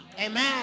Amen